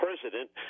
president